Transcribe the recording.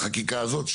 מהחקיקה הזאת,